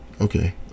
okay